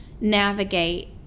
navigate